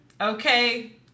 okay